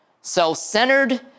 self-centered